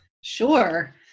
Sure